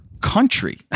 country